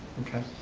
okay,